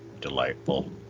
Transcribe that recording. delightful